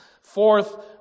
Fourth